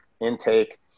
intake